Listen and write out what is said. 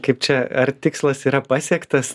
kaip čia ar tikslas yra pasiektas